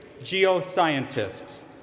geoscientists